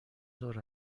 ظهر